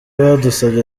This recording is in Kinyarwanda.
badusabye